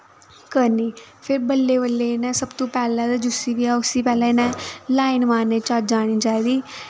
करनी फिर बल्ले बल्ले इ'नै सब तों पैह्लैं ते जुस्सी बी ऐ उस्सी पैह्लै इ'नें ई लाइन मारने दी चज्ज आनी चाहिदी